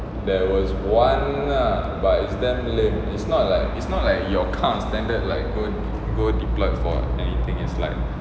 there was one lah but it's damn lame it's not like it's not like your kind of standard like go go deployed for anything is like